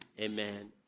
amen